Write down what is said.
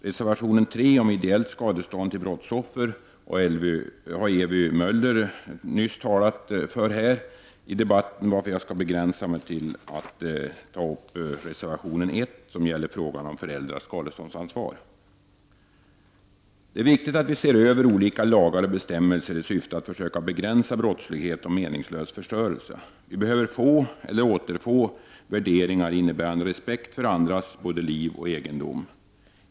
Reservation 3 om ideellt skadestånd till brottsoffer har Ewy Möller nyss talat för här i debatten, varför jag skall begränsa mig till att kommentera reservation 1 om föräldrars skadeståndsansvar. Det är viktigt att vi ser över olika lagar och bestämmelser i syfte att försöka begränsa brottslighet och meningslös förstörelse. Vi behöver få — eller återfå — värderingar innebärande respekt för andras både liv och egendom.